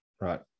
Right